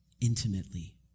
intimately